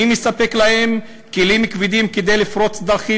מי מספק להם כלים כבדים כדי לפרוץ דרכים